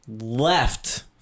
left